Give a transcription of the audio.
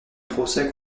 procès